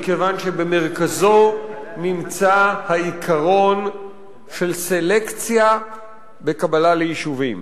מכיוון שבמרכזו נמצא העיקרון של סלקציה בקבלה ליישובים.